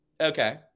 Okay